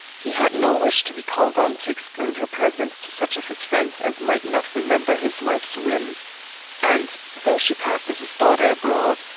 he had no wish to be called on to explain her presence to such of his friends as might not remember his wife's whim and, though she passed as his daughter abroad,